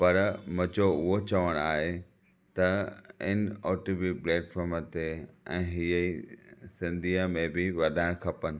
पर मुंहिंजो उहो चवणु आहे त इन ओटिपी पलेटफॉम ते इहे ई सिंधीअ में ॿि वधाइणु खपनि